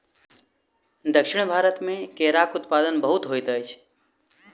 दक्षिण भारत मे केराक उत्पादन बहुत होइत अछि